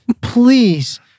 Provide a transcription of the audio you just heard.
Please